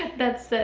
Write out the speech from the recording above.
that's,